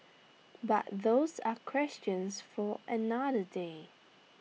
but those are questions for another day